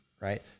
right